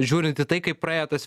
žiūrint į tai kaip praėjo tas